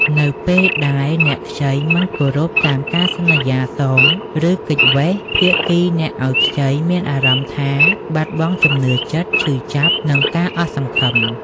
នៅពេលដែលអ្នកខ្ចីមិនគោរពតាមការសន្យាសង ឬគេចវេះ ភាគីអ្នកឲ្យខ្ចីអាចមានអារម្មណ៍ថា បាត់បង់ជំនឿចិត្ត ឈឺចាប់ និងការអស់សង្ឃឹម។